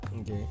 okay